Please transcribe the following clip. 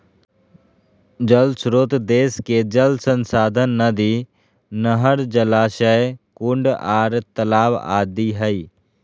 जल श्रोत देश के जल संसाधन नदी, नहर, जलाशय, कुंड आर तालाब आदि हई